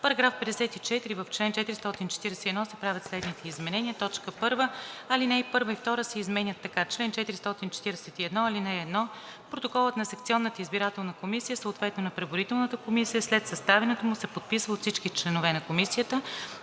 „§ 54. В чл. 441 се правят следните изменения: 1. Алинеи 1 и 2 се изменят така: „Чл. 441. (1) Протоколът на секционната избирателна комисия, съответно на преброителната комисия, след съставянето му се подписва от всички членове на комисията.